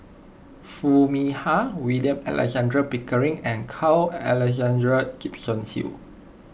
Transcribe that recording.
Foo Mee Har William Alexander Pickering and Carl Alexander Gibson Hill